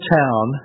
town